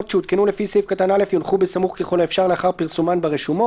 והוא חל על כל נושא התקנות.